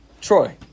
Troy